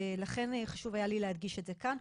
ולכן חשוב היה לי להדגיש את זה כאן.